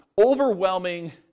overwhelming